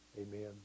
amen